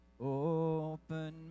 Open